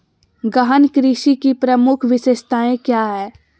गहन कृषि की प्रमुख विशेषताएं क्या है?